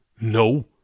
no